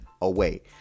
away